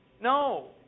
No